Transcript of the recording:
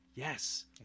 Yes